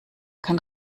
kein